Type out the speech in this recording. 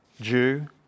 jew